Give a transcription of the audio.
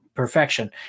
perfection